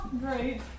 Great